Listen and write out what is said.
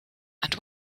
and